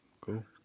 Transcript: Cool